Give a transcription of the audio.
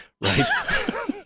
right